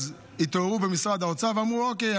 התעוררו במשרד האוצר ואמרו: אוקיי,